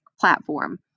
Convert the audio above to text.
platform